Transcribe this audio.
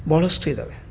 ಭಾಳಷ್ಟಿದಾವೆ